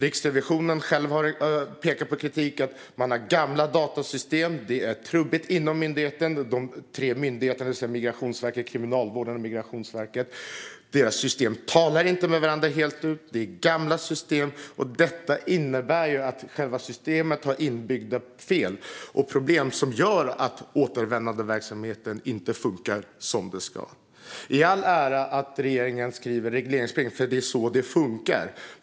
Riksrevisionen har kritik mot att man har gamla datasystem. Det är trubbigt inom myndigheten. Systemen hos de tre myndigheterna, det vill säga Migrationsverket, Kriminalvården och Polismyndigheten, talar inte med varandra fullt ut. Det är gamla system. Det innebär att själva systemet har inbyggda fel och problem som gör att återvändandeverksamheten inte funkar som den ska. Regeringen skriver regleringsbrev - det är så det funkar.